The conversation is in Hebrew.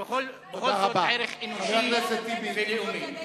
בכל זאת, זה ערך אנושי ולאומי.